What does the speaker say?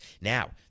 Now